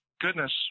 goodness